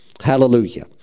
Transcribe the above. hallelujah